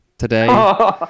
Today